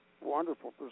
wonderful